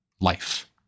life